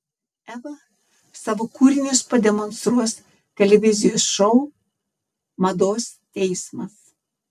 eva savo kūrinius pademonstruos televizijos šou mados teismas